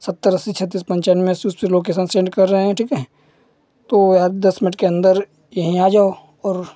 सत्तर अस्सी छतीस पंचानवे में उसपे लोकेसन सेन्ड कर रहे हैं ठीक है तो यार दस मिनट के अंदर यहीं आ जाओ और